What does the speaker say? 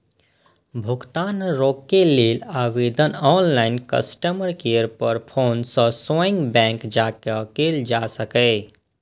भुगतान रोकै लेल आवेदन ऑनलाइन, कस्टमर केयर पर फोन सं स्वयं बैंक जाके कैल जा सकैए